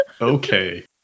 Okay